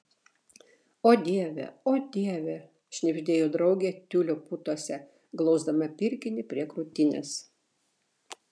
o dieve o dieve šnibždėjo draugė tiulio putose glausdama pirkinį prie krūtinės